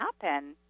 happen